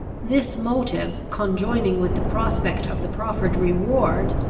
this motive, conjoining with the prospect of the proffered reward,